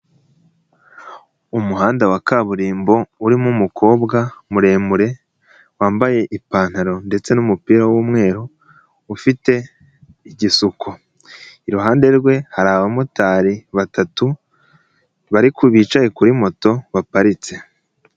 Umuhanda wa kaburimbo urimo umukobwa muremure wambaye ipantaro ndetse n'umupira w'umweru ufite igisuko. Iruhande rwe hari abamotari batatu bariko bicaye kuri moto baparitse.